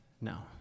no